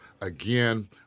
again